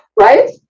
Right